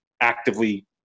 actively –